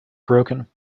broken